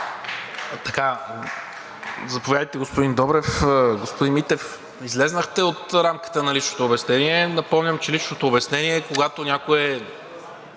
Заповядайте, господин Добрев. Господин Митев, излязохте от рамката на личното обяснение. Напомням, че личното обяснение е когато някой е